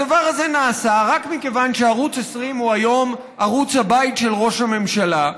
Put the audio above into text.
הדבר הזה נעשה רק מכיוון שערוץ 20 הוא היום ערוץ הבית של ראש הממשלה,